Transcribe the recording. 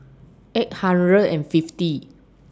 eight hundred and fifty